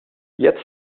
jetzt